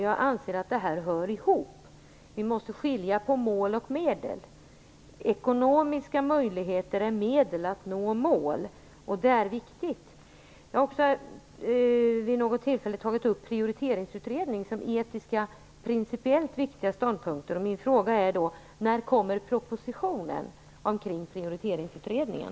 Jag anser att detta hör ihop. Vi måste skilja på mål och medel. Ekonomiska möjligheter är medel att nå mål. Det är viktigt. Jag har också vid något tillfälle tagit upp Prioriteringsutredningens etiska och principiellt viktiga ståndpunkter. Min fråga är då: När kommer propositionen omkring Prioriteringsutredningen?